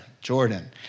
Jordan